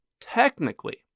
Technically